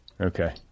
Okay